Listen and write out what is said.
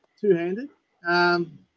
two-handed